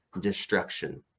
destruction